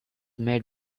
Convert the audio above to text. made